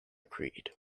creed